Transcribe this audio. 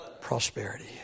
Prosperity